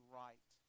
right